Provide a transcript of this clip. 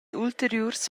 ulteriurs